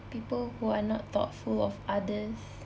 people who are not thoughtful of others